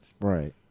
Right